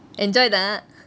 enjoy தான்:thaan